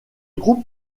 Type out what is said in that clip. groupe